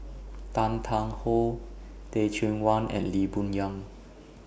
Tan Tarn How Teh Cheang Wan and Lee Boon Yang